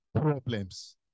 problems